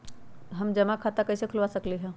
हम जमा खाता कइसे खुलवा सकली ह?